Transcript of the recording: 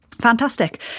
Fantastic